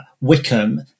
Wickham